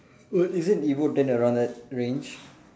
what is it evo ten around that range